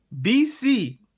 bc